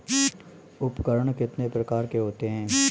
उपकरण कितने प्रकार के होते हैं?